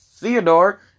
Theodore